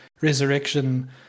resurrection